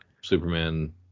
Superman